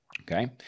okay